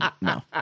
No